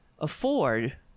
afford